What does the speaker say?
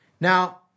Now